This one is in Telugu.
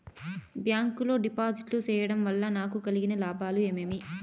బ్యాంకు లో డిపాజిట్లు సేయడం వల్ల నాకు కలిగే లాభాలు ఏమేమి?